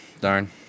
Darn